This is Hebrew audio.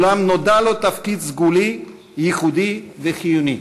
אולם נודע לו לתפקיד סגולי ייחודי וחיוני.